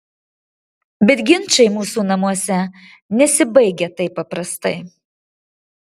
bet ginčai mūsų namuose nesibaigia taip paprastai